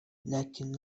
لكن